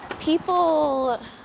people